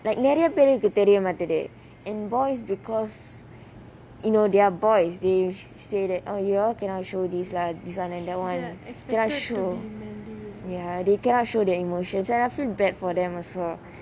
like நெறய பேருக்கு தெரிய மாட்டிங்குது:neraya peruku teriya maatinguthu and boys because you know they're boys they say that you all cannot show this [one] and that [one] cannot show they cannot show their emotions also then I feel bad for them also